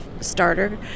starter